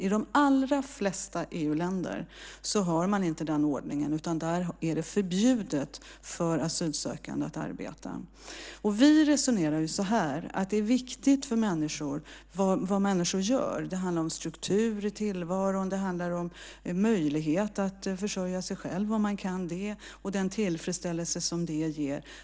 I de allra flesta EU-länder har man inte den ordningen, utan där är det förbjudet för asylsökande att arbeta. Vi resonerar så här: Det är viktigt för människor vad de gör. Det handlar om struktur i tillvaron, möjlighet att försörja sig själv om man kan det och den tillfredsställelse som det ger.